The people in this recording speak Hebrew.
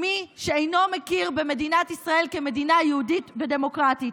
מי שאינו מכיר במדינת ישראל כמדינה יהודית ודמוקרטית.